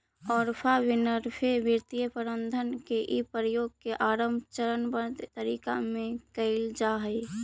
Oprah Winfrey वित्तीय प्रबंधन के इ प्रयोग के आरंभ चरणबद्ध तरीका में कैइल जा हई